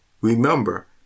remember